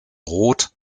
rot